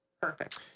perfect